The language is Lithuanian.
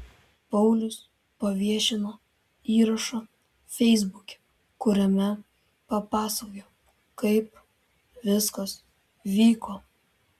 paulius paviešino įrašą feisbuke kuriame papasakojo kaip viskas vyko